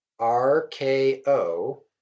RKO